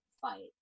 fight